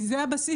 כי זה הבסיס,